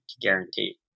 guarantee